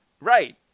right